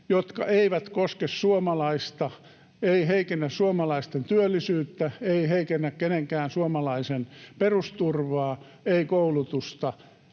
jotka eivät koske suomalaista, eivät heikennä suomalaisten työllisyyttä, eivät heikennä kenenkään suomalaisen perusturvaa, eivät koulutusta